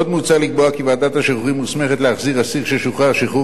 עוד מוצע לקבוע כי ועדת השחרורים מוסמכת להחזיר אסיר ששוחרר שחרור